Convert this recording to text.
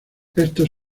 estos